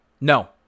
No